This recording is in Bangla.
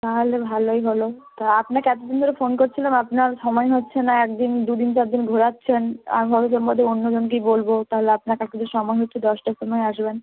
তাহলে ভালোই হলো তা আপনাকে এতদিন ধরে ফোন করছিলাম আপনার সময় হচ্ছে না একদিন দু দিন চার দিন ঘোরাচ্ছেন আমি ভাবছিলাম বোধ হয় অন্যজনকেই বলবো তাহলে আপনার কালকে সময় হচ্ছে দশটার সময় আসবেন